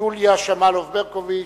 יוליה שמאלוב-ברקוביץ,